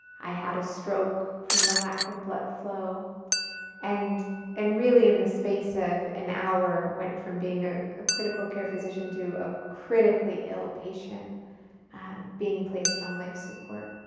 i had a stroke from the lack of blood flow and and really in the space of an hour, went from being ah a critical care physician to a critically ill patient um being placed on life support.